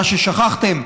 מה ששכחתם,